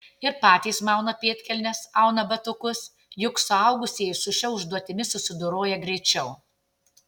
ir patys mauna pėdkelnes auna batukus juk suaugusieji su šia užduotimi susidoroja greičiau